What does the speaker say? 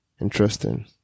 Interesting